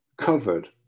covered